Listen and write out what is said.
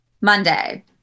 Monday